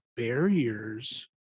barriers